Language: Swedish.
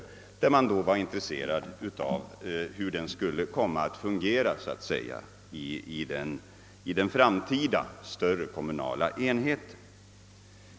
Man skulle därvid också intressera sig för hur arbetet skulle komma att fungera i den framtida större kommunala enheten.